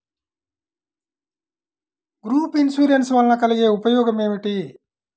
Group insurance వలన కలిగే ఉపయోగమేమిటీ?